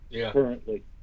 currently